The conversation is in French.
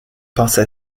pensa